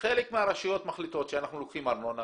שחלק מהרשויות מחליטות לקחת ארנונה,